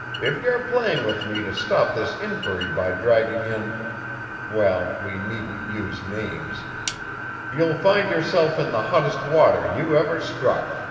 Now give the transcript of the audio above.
if you're playing with me to stop this inquiry by dragging in well, we needn't use names you'll find yourself in the hottest water you ever struck.